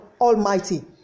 Almighty